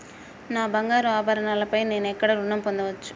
నా బంగారు ఆభరణాలపై నేను ఎక్కడ రుణం పొందచ్చు?